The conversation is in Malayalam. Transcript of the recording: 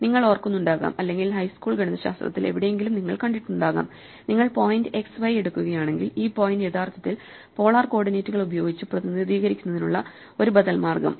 നിങ്ങൾ ഓർക്കുന്നുണ്ടാകാം അല്ലെങ്കിൽ ഹൈസ്കൂൾ ഗണിതശാസ്ത്രത്തിൽ എവിടെയെങ്കിലും നിങ്ങൾ കണ്ടിട്ടുണ്ടാകാം നിങ്ങൾ പോയിന്റ് x y എടുക്കുകയാണെങ്കിൽ ഈ പോയിന്റ് യഥാർത്ഥത്തിൽ പോളാർ കോർഡിനേറ്റുകൾ ഉപയോഗിച്ച് പ്രതിനിധീകരിക്കുന്നതിനുള്ള ഒരു ബദൽ മാർഗം